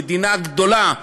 מדינה גדולה,